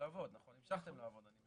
המשכתם לעבוד.